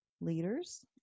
leaders